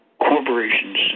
corporations